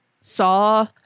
Saw